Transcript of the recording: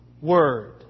word